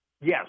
Yes